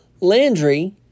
Landry